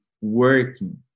working